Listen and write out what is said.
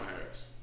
Harris